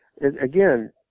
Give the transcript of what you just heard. again